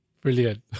Brilliant